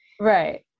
Right